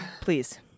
please